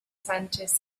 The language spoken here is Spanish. sánchez